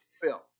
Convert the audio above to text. Phil